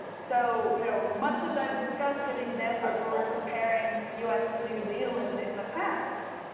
so, you know, much as i've discussed in examples where we're comparing u s. to new zealand in the past,